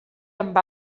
amb